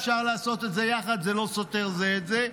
אפשר לעשות את יחד, זה לא סותר זה את זה.